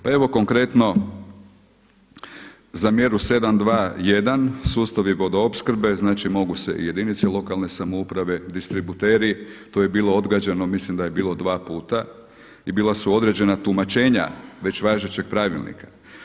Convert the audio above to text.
Pa evo konkretno za mjeru 7.2.1. sustavi vodoopskrbe znači mogu se i jedinice lokalne samouprave distributeri to je bilo odgađano, mislim da je bilo dva puta i bila su određena tumačenja već važećeg pravilnika.